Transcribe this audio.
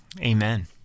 Amen